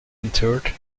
interred